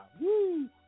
Woo